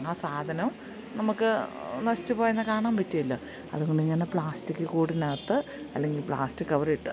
ആ സാധനം നമുക്ക് നശിച്ചു പോയെന്നു കാണാൻ പറ്റില്ല അതു കൊണ്ട് ഞാനാ പ്ലാസ്റ്റിക് കൂടിനകത്ത് അല്ലെങ്കിൽ പ്ലാസ്റ്റിക് കവറിട്ട്